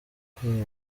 kuko